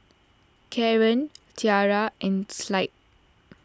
Kaaren Tierra and Clide